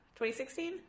2016